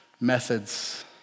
methods